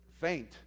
Faint